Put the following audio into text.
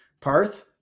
Parth